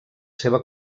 seva